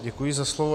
Děkuji za slovo.